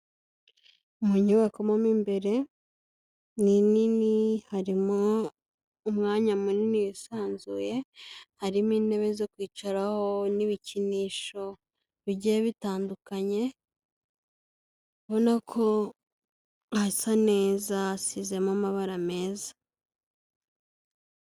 Mu nyubako mo imbere ni nini harimo umwanya munini wisanzuye, harimo intebe zo kwicaraho n'ibikinisho bigiye bitandukanye, ubona ko hasa neza hasizemo amabara meza.